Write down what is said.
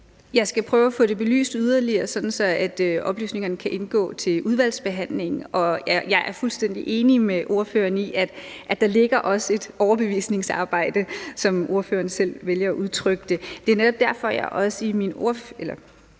Jeg skal prøve at få det belyst yderligere, sådan at oplysningerne kan indgå i udvalgsbehandlingen. Jeg er fuldstændig enig med ordføreren i, at der også ligger et overbevisningsarbejde, som ordføreren selv vælger at udtrykke det. Det er netop derfor, jeg også i min